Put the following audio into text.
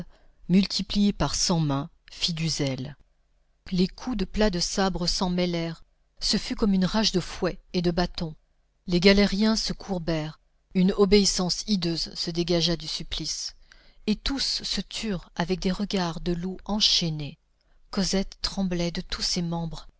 multipliée par cent mains fit du zèle les coups de plat de sabre s'en mêlèrent ce fut comme une rage de fouets et de bâtons les galériens se courbèrent une obéissance hideuse se dégagea du supplice et tous se turent avec des regards de loups enchaînés cosette tremblait de tous ses membres